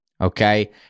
Okay